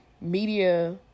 media